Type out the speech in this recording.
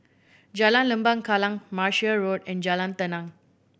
Jalan Lembah Kallang Martia Road and Jalan Tenang